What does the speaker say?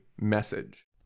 message